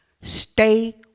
Stay